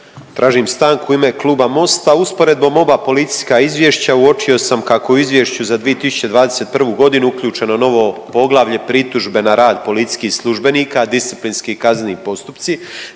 Tražim stanku u ime Kluba MOST-a. Usporedbom oba policijska izvješća uočio sam kako u izvješću za 2021. godinu uključeno nove poglavlje Pritužbe na rad policijskih službenika, disciplinski i kazneni postupci.